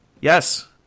Yes